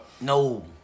No